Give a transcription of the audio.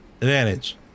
Advantage